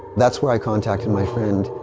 that's where i contacted my friend,